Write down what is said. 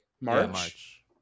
March